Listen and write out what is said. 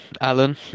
Alan